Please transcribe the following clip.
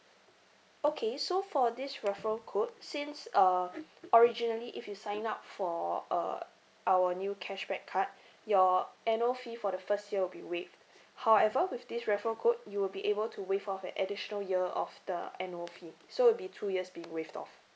okay so for this referral code since uh originally if you sign up for uh our new cashback card your annual fee for the first year will be waived however with this referral code you will be able to waive off an additional year of the annual fee so it'll be two years being waived off